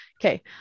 Okay